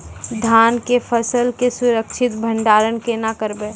धान के फसल के सुरक्षित भंडारण केना करबै?